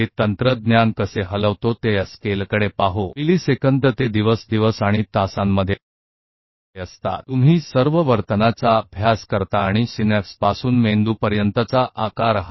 तो बस अब तकनीक को आगे बढ़ाते हैं आप इसे कैसे करते हैं इस पैमाने को देखें यह मिलीसेकंड से दिनों तक दिनों और घंटों के भीतर का समय है और आप सभी व्यवहार का अध्ययन करते हैं और यह आकार सही से अंतर ग्रंथन तक है